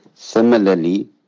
Similarly